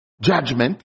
judgment